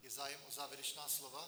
Je zájem o závěrečná slova?